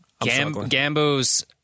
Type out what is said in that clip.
Gambo's